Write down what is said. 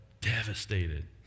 devastated